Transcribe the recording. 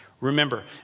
Remember